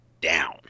down